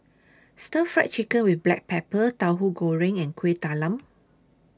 Stir Fry Chicken with Black Pepper Tauhu Goreng and Kueh Talam